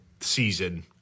season